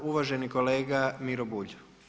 Uvaženi kolega Miro Bulj.